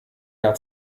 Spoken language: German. jahr